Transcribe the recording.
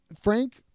Frank